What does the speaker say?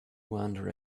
wander